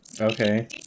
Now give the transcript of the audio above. Okay